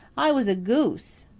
i was a goose.